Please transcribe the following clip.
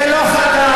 זה לא חדש,